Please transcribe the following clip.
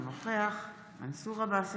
אינו נוכח מנסור עבאס,